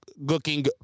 looking